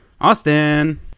Austin